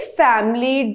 family